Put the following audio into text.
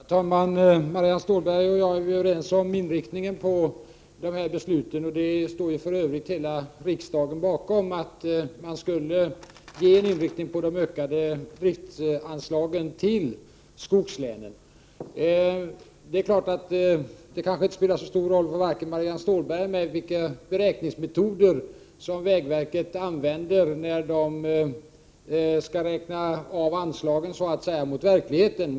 Herr talman! Marianne Stålberg och jag är överens om inriktningen när det gäller dessa beslut. Hela riksdagen stod för övrigt bakom beslutet att ökningen av driftsanslagen skulle gå till skogslänen. Det kanske inte spelar så stor roll, varken för Marianne Stålberg eller för mig, vilka beräkningsmetoder som vägverket använder när det skall stämma av anslagen mot verkligheten.